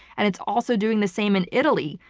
and it's also doing the same in italy,